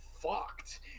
Fucked